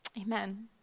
amen